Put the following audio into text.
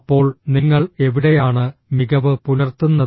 അപ്പോൾ നിങ്ങൾ എവിടെയാണ് മികവ് പുലർത്തുന്നത്